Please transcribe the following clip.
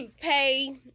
pay